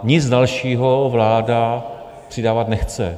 Nic dalšího vláda přidávat nechce.